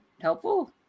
helpful